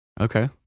Okay